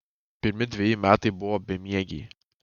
pirmi dveji metai buvo bemiegiai